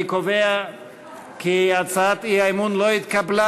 אני קובע כי הצעת האי-אמון לא התקבלה.